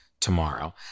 tomorrow